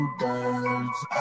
birds